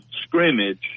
scrimmage